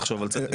תחשוב על צדק.